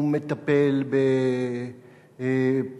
הוא מטפל בפליטים,